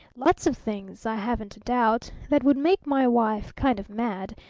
lots of things, i haven't a doubt, that would make my wife kind of mad,